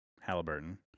Halliburton